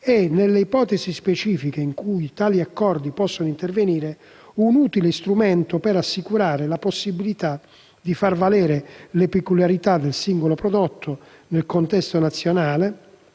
è, nelle ipotesi specifiche in cui tali accordi possono intervenire, un utile strumento per assicurare la possibilità di far valere le peculiarità del singolo prodotto nel contesto nazionale